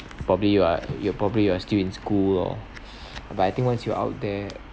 probably you are you probably you are still in school lor but I think once you're out there